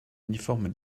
uniforme